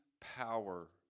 power